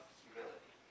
humility